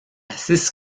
six